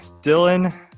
Dylan